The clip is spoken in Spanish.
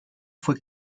fue